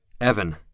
Evan